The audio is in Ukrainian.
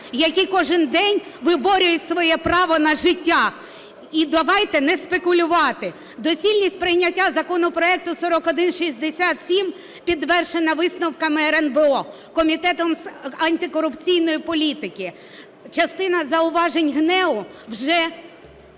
які кожен день виборюють своє право на життя. І давайте не спекулювати. Доцільність прийняття законопроекту 4167 підтверджене висновками РНБО, Комітетом з антикорупційної політики. Частина зауважень ГНЕУ вже